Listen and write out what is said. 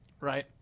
Right